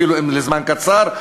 אפילו אם לזמן קצר,